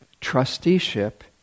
trusteeship